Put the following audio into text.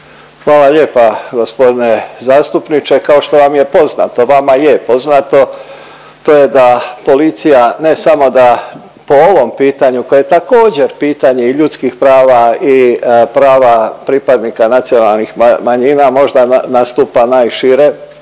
Hvala lijepa g. zastupniče. Kao što vam je poznato vama je poznato to je da policija ne samo da po ovom pitanju koje je također pitanje i ljudskih prava i prava pripadnika nacionalnih manjina možda nastupa najšire